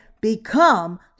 become